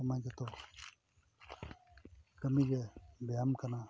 ᱠᱚᱢᱟ ᱡᱚᱛᱚ ᱠᱟᱹᱢᱤ ᱜᱮ ᱵᱮᱭᱟᱢ ᱠᱟᱱᱟ